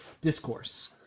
discourse